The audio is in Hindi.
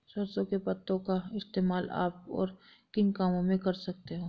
सरसों के पत्तों का इस्तेमाल आप और किन कामों में कर सकते हो?